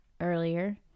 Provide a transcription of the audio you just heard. earlier